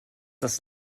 das